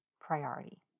priority